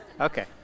Okay